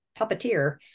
puppeteer